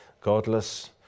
Godless